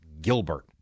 Gilbert